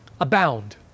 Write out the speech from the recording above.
abound